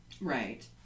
Right